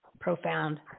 Profound